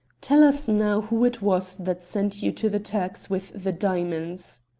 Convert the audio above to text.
tell us now who it was that sent you to the turks with the diamonds?